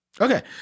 Okay